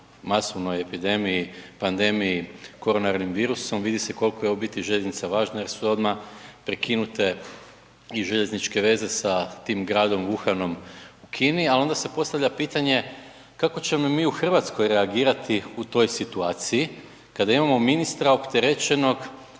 masovnoj epidemiji, pandemiji koronarnim virusom, vidi se koliko je u biti željeznica važna jer su odmah prekinute i željezničke veze sa tim gradom Wuhanom u Kini ali onda se postavlja pitanje kako ćemo mi u Hrvatskoj reagirati u toj situaciji kada imamo ministra opterećenog